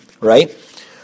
right